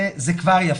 זה כבר יפה.